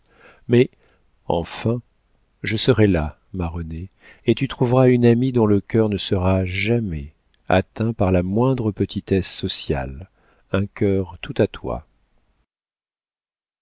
mais enfin je serai là ma renée et tu trouveras une amie dont le cœur ne sera jamais atteint par la moindre petitesse sociale un cœur tout à toi